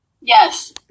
yes